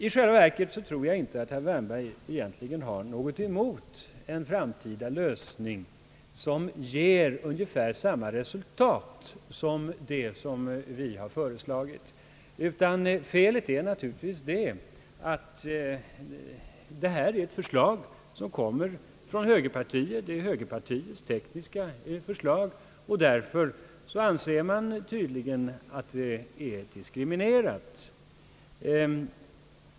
I själva verket tror jag inte att herr Wärnberg egentligen har något emot en framtida lösning som ger ungefär samma resultat som vårt förslag. Felet är naturligtvis att det är högerpartiet som framfört förslaget, och därför anser man tydligen att det inte går att använda.